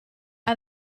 are